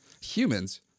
Humans